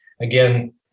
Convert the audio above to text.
again